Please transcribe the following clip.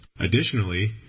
Additionally